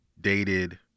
dated